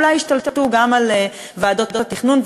אולי הם ישתלטו גם על ועדות התכנון,